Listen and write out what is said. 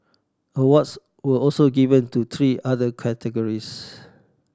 awards were also given to three other categories